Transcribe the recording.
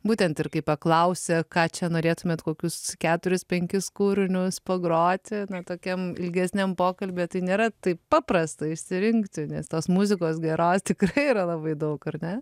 būtent ir kai paklausia ką čia norėtumėt kokius keturis penkis kūrinius pagroti na tokiam ilgesniam pokalbiui tai nėra taip paprasta išsirinkti nes tos muzikos geros tikrai yra labai daug ar ne